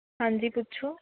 ਹਾਂਜੀ ਪੁੱਛੋ